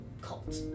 cult